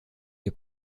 ihr